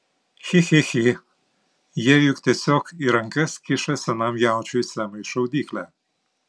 chi chi chi jie juk tiesiog į rankas kiša senam jaučiui semui šaudyklę